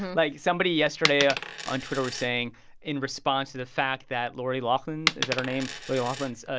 like, somebody yesterday ah on twitter were saying in response to the fact that lori loughlin's is that her name? lori loughlin's ah